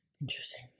Interesting